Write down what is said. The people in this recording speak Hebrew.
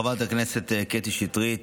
חברת הכנסת קטי שטרית